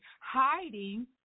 hiding